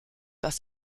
dass